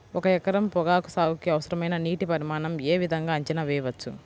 ఒక ఎకరం పొగాకు సాగుకి అవసరమైన నీటి పరిమాణం యే విధంగా అంచనా వేయవచ్చు?